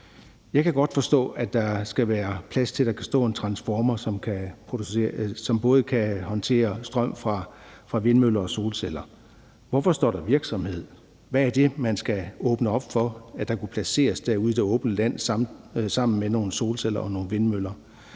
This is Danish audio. Jeg kan godt forstå, at der skal være plads til, at der kan stå en transformer, som både kan håndtere strøm fra vindmøller og fra solceller. Hvorfor står der »virksomhed«? Hvad er det, man skal åbne op for, der kunne placeres derude i det åbne land sammen med nogle solceller og nogle vindmøller?